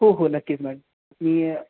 हो हो नक्कीच मॅडम मी